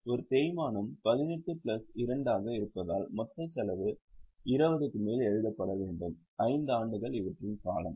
ஆகவே ஒரு தேய்மானம் 18 பிளஸ் 2 ஆக இருப்பதால் மொத்த செலவு 20 க்கு மேல் எழுதப்பட வேண்டும் 5 ஆண்டுகள் இவற்றின் காலம்